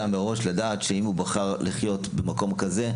מראש לדעת שאם הוא בחר לחיות במקום כזה,